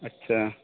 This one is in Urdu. اچھا